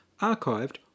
archived